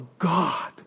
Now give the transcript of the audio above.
God